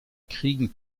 kriegen